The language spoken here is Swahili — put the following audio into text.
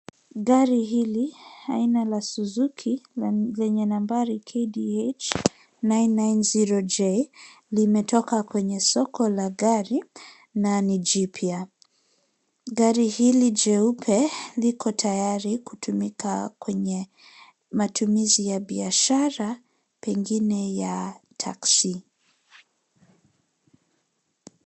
Gari hili aina la Suzuki lenye nambari KDH 990J limetoka kwenye soko la gari na ni jipya. Gari hili jeupe liko tayari kutumika kwenye matumizi ya biashara pengine ya taksi.